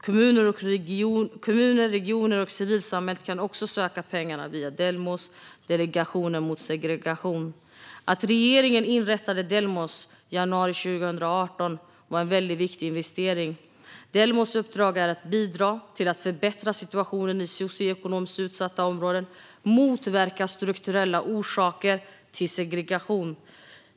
Kommuner, regioner och civilsamhället kan också söka pengar via Delmos, Delegationen mot segregation. Att regeringen inrättade Delmos i januari 2018 var en väldigt viktig investering. Delmos uppdrag är att bidra till att förbättra situationen i socioekonomiskt utsatta områden och motverka strukturella orsaker till segregation.